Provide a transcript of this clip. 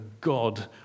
God